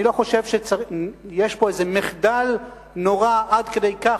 אני לא חושב שיש פה איזה מחדל נורא עד כדי כך